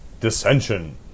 Dissension